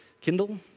Kindle